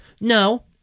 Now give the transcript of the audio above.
No